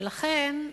לכן,